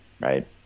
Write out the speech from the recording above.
right